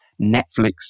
Netflix